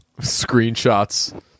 screenshots